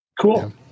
Cool